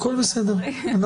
הכל בסדר,